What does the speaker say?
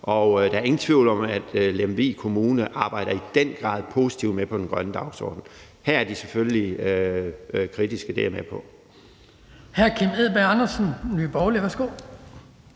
og der er ingen tvivl om, at Lemvig Kommune i den grad arbejder positivt med den grønne dagsorden. Her er de selvfølgelig kritiske, det er jeg med på.